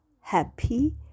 happy